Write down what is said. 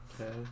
Okay